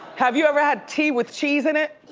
have you ever had tea with cheese in it?